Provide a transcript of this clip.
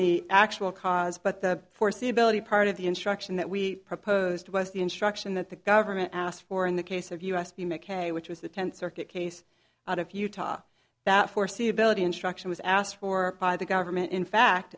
the actual cause but the foreseeability part of the instruction that we proposed was the instruction that the government asked for in the case of u s b make hay which was the tenth circuit case out of utah that foreseeability instruction was asked for by the government in fact